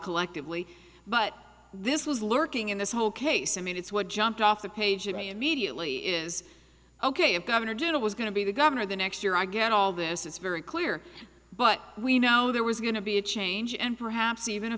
collectively but this was lurking in this whole case i mean it's what jumped off the page at me immediately is ok if governor jindal was going to be the governor the next year i get all this it's very clear but we know there was going to be a change and perhaps even a